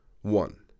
One